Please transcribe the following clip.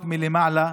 מסוק מלמעלה,